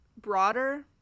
broader